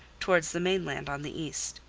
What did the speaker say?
towards the mainland on the east.